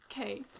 Okay